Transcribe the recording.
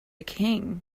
king